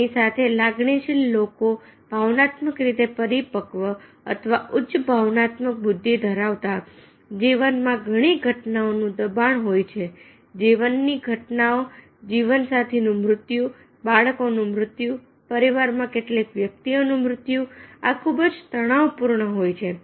તેની સાથે લાગણીશીલ લોકો ભાવનાત્મક રીતે પરિપક્વ અથવા ઉચ્ચ ભાવનાત્મક બુદ્ધિ ધરાવતા જીવનમાં ઘણી ઘટનાઓનું દબાણ હોય છે જીવનની ઘટનાઓ જીવનસાથીનું મૃત્યુ બાળકોનું મૃત્યુ પરિવારમાં કેટલીક વ્યક્તિઓનું મૃત્યુ આ ખૂબ જ તણાવપૂર્ણ હોય છે